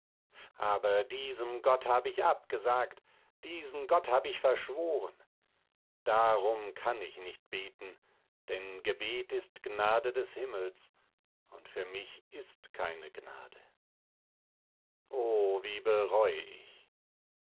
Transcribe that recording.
aber diesem gott hab ich abgesagt diesen gott hab ich verschworen darum kann ich nicht beten denn gebet ist gnade des himmels und für mich ist keine gnade o wie bereu ich